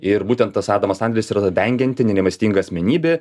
ir būtent tas adamas sandleris yra vengianti nerimastinga asmenybė